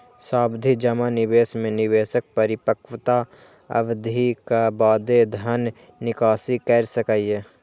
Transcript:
सावधि जमा निवेश मे निवेशक परिपक्वता अवधिक बादे धन निकासी कैर सकैए